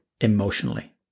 emotionally